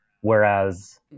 whereas